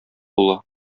була